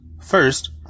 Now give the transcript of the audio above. first